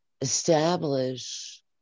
establish